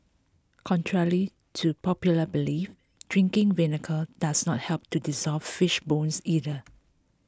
contrary to popular belief drinking vinegar does not help to dissolve fish bones either